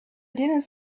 didn’t